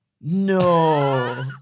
no